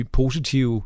positiv